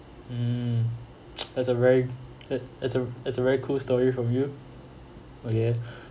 mm that's a very it it's a it's a very cool story from you okay